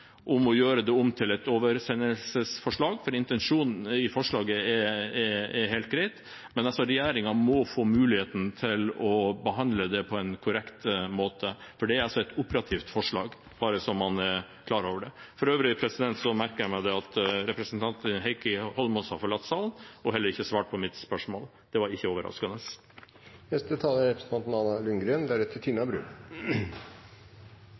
om å gjøre det om til et oversendelsesforslag, for intensjonen i forslaget er helt grei, men regjeringen må få muligheten til å behandle det på en korrekt måte. Det er altså et operativt forslag, bare så man er klar over det. For øvrig merker jeg meg at representanten Heikki Holmås har forlatt salen og heller ikke har svart på mitt spørsmål. Det var ikke overraskende. Jeg vil begynne med det som Korsberg avsluttet med, at det er